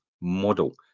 model